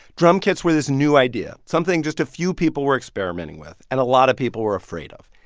drum kits where this new idea, something just a few people were experimenting with and a lot of people were afraid of.